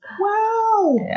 Wow